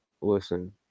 Listen